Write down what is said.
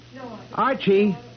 Archie